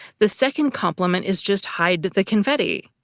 the second complement is just hide the confetti.